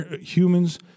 humans